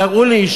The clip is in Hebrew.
תראו לי,